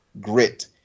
grit